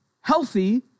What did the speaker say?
healthy